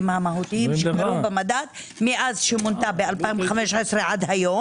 המהותיים שקרו במדד מאז שמונתה ב-2015 עד היום?